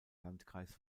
landkreis